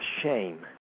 shame